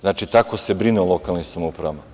Znači, tako se brine o lokalnim samoupravama.